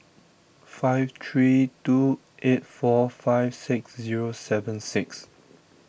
five three two eight four five six Zero seven six